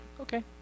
okay